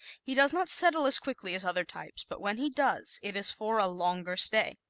he does not settle as quickly as other types but when he does it is for a longer stay.